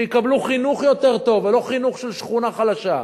שיקבלו חינוך יותר טוב ולא חינוך של שכונה חלשה,